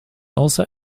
also